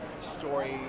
story